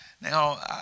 Now